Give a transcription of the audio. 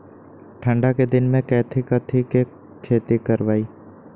ठंडा के दिन में कथी कथी की खेती करवाई?